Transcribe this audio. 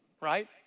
right